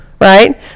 right